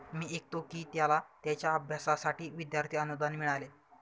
मी ऐकतो की त्याला त्याच्या अभ्यासासाठी विद्यार्थी अनुदान मिळाले